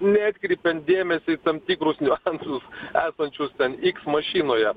neatkreipiant dėmesio į tam tikrus niuansus esančius ten iks mašinoje